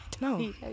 No